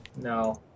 no